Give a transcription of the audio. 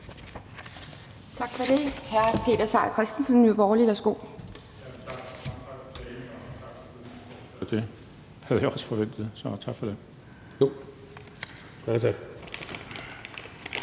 Tak for det.